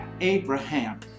Abraham